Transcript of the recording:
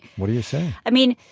what do you say? i mean,